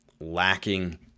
lacking